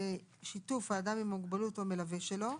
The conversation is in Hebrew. בשיתוף האדם עם המוגבלות או מלווה שלו,